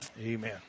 Amen